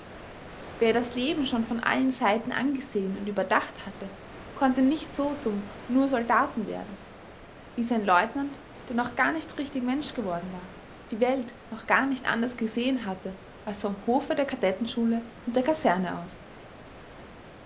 wer das leben schon von allen seiten angesehen und überdacht hatte konnte nicht so zum nur soldaten werden wie sein leutnant der noch gar nicht richtig mensch geworden war die welt noch gar nicht anders gesehen hatte als vom hofe der kadettenschule und der kaserne aus